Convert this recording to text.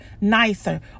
nicer